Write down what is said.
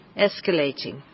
escalating